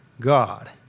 God